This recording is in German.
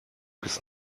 bis